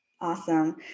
Awesome